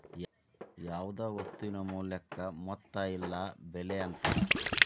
ಯಾವ್ದ್ ವಸ್ತುವಿನ ಮೌಲ್ಯಕ್ಕ ಮೊತ್ತ ಇಲ್ಲ ಬೆಲೆ ಅಂತಾರ